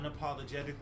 Unapologetically